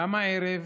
גם הערב,